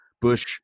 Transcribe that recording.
Bush